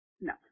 No